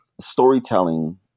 storytelling